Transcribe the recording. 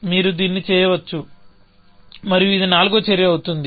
మీరు దీన్ని చెయ్యవచ్చు మరియు ఇది నాల్గవ చర్య అవుతుంది